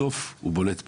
בסוף, הוא בולט פה.